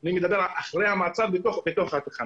אני מדבר על אחרי המעצר, בתוך התחנה.